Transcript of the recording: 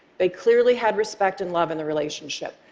they clearly had respect and love in the relationship.